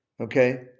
okay